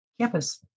campus